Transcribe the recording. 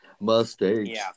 Mistakes